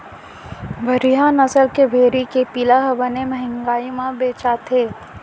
बड़िहा नसल के भेड़ी के पिला ह बने महंगी म बेचाथे